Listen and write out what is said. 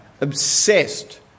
obsessed